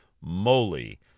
moly –